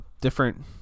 different